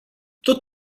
tot